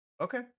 Okay